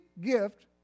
gift